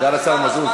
סגן השר מזוז,